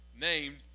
named